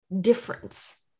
difference